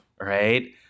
Right